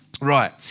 Right